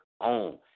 own